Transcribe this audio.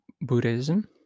Buddhism